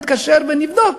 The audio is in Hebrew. נתקשר ונבדוק,